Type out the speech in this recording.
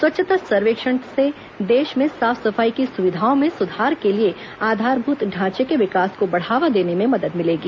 स्वच्छता सर्वेक्षण से देश में साफ सफाई की सुविधाओं में सुधार के लिए आधारभूत ढांचे के विकास को बढ़ावा देने में मदद मिलेगी